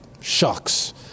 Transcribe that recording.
shucks